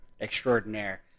extraordinaire